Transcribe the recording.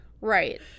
Right